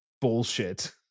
bullshit